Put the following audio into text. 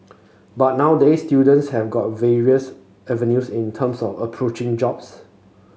but nowadays students have got various avenues in terms of approaching jobs